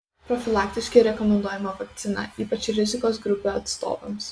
profilaktiškai rekomenduojama vakcina ypač rizikos grupių atstovams